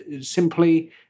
simply